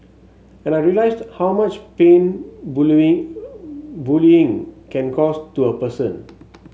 and I realised how much pain bullying bullying can cause to a person